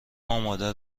آماده